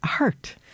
art